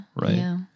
right